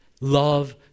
love